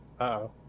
Uh-oh